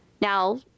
now